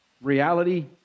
reality